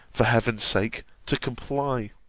for heaven's sake, to comply.